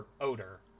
odor